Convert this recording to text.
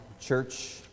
Church